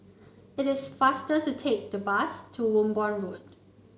it is faster to take the bus to Wimborne Road